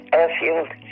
airfield